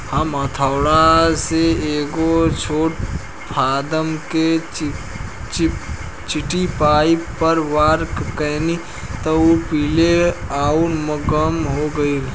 हम हथौड़ा से एगो छोट पादप के चिपचिपी पॉइंट पर वार कैनी त उ पीले आउर नम हो गईल